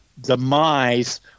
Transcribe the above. demise